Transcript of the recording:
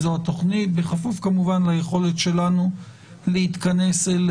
זו התוכנית, כמובן בכפוף ליכולת שלנו להתכנס אל